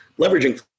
leveraging